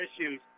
issues